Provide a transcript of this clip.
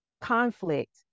conflict